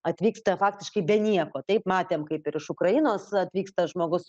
atvyksta faktiškai be nieko taip matėm kaip ir iš ukrainos atvyksta žmogus